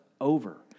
over